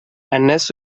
الناس